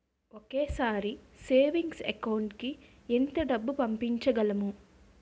ఒకేసారి savings account కి ఎంత డబ్బు పంపించగలము?